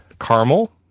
caramel